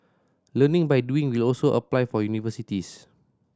learning by doing will also apply for universities